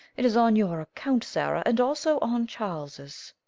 it is on your account, sarah, and also on charles's.